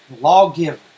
lawgiver